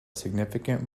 significant